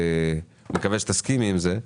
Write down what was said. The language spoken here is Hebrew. אני מקווה שתסכימי עם זה,